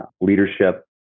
leadership